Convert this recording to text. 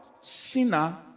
sinner